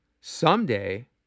someday